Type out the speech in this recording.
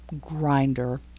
grinder